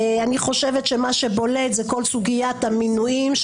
מה שבולט זה כל סוגיית המינויים,